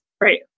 Right